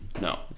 No